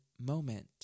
moment